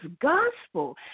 gospel